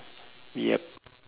yup